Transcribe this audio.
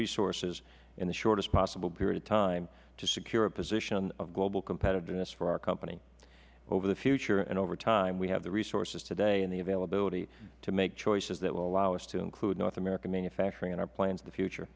resources in the shortest possible period of time to secure a position of global competitiveness for our company in the future and over time we have the resources today and the availability to make choices that will allow us to include north american manufacturing in our plans for the future